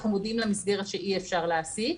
אנחנו מודיעים למסגרת שאי אפשר להעסיק.